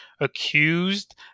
accused